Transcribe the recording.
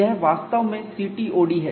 यह वास्तव में CTOD है